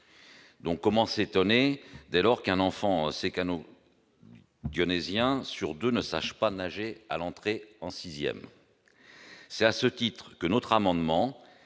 donc, comment s'étonner dès lors qu'un enfant ces canaux dionysien sur 2 ne sachent pas nager à l'entrée en 6ème c'est à ce titre que notre amendement